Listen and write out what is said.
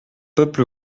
peuple